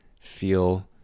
feel